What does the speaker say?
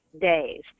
days